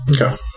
Okay